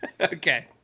Okay